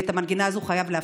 ואת המנגינה הזאת חייבים להפסיק.